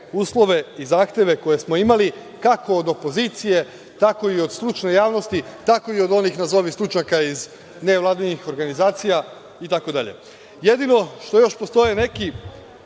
uslove i zahteve koje smo imali, kako od opozicije, tako i od stručne javnosti, tako i od onih nazovi stručnjaka iz nevladinih organizacija itd. Jedino, što još postoje neki